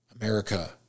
America